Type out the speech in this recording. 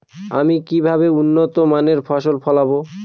আমি কিভাবে উন্নত মানের ফসল ফলাবো?